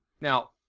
Now